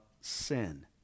sin